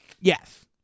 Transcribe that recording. Yes